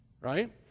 Right